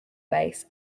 base